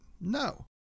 No